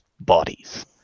bodies